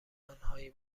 آنهایی